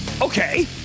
Okay